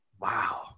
Wow